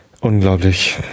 Unglaublich